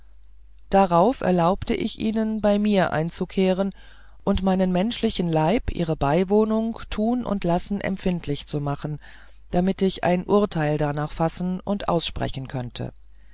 darauf erlaubte ich ihnen bei mir einzukehren und meinen menschlichen leib ihre beiwohnung tun und lassen empfinden zu machen damit ich ein urteil darnach fassen und aussprechen könnte